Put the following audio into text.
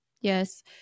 Yes